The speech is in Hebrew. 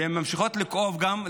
והן ממשיכות לכאוב גם,